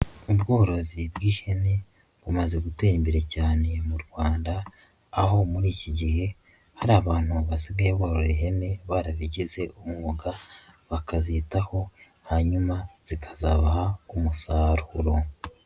Ubworozi bw'ihene bumaze gutera imbere cyane mu Rwanda aho muri iki gihe hari abantu basigaye boroyehene barabigize umwuga, bakazitaho hanyuma zikazabaha umusaruro.